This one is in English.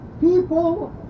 people